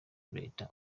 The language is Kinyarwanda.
leta